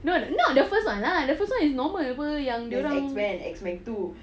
no not the first [one] lah the first [one] is normal apa yang dorang